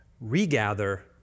regather